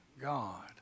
God